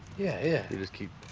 yeah. yeah, they just keep